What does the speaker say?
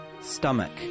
stomach